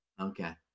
Okay